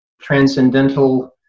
transcendental